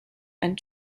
and